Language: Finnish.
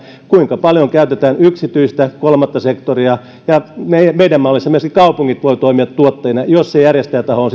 kuinka paljon käytetään yksityistä kolmatta sektoria meidän meidän mallissamme myöskin kaupungit voivat toimia tuottajina jos järjestäjätaho